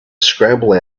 scramble